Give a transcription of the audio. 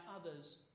others